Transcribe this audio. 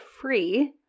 free